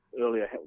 earlier